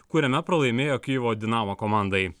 kuriame pralaimėjo kijevo dinamo komandai